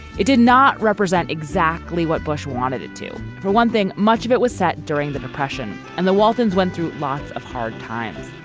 it did not represent exactly what bush wanted it to. for one thing much of it was set during the depression and the waltons went through lots of hard times.